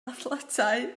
athletau